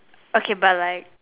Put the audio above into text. okay but like